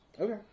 Okay